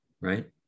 right